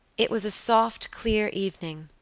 it was a soft clear evening,